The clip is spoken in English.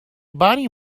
bunny